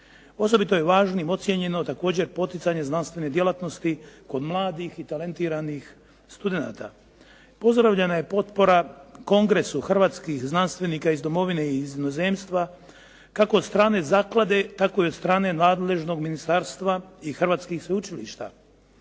Osobito je važnim ocijenjeno također poticanje znanstvene djelatnosti kod mladih i talentiranih studenata. Pozdravljena je potpora Kongresu hrvatskih znanstvenika iz domovine i inozemstva kako od strane zaklade tako i od strane nadležnog ministarstva i hrvatskih sveučilišta.